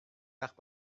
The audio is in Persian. وقت